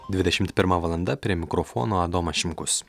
dvidešimt pirma valanda prie mikrofono adomas šimkus